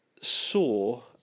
saw